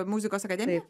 muzikos akademiją